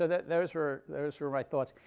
those were those were my thoughts.